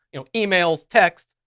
you know, emails, text,